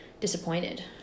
disappointed